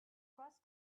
trust